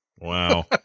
Wow